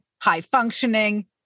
high-functioning